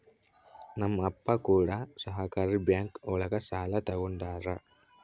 ನಮ್ ಅಪ್ಪ ಕೂಡ ಸಹಕಾರಿ ಬ್ಯಾಂಕ್ ಒಳಗ ಸಾಲ ತಗೊಂಡಾರ